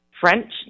French